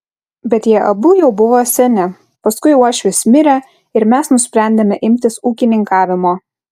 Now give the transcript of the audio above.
bet jie abu jau buvo seni paskui uošvis mirė ir mes nusprendėme imtis ūkininkavimo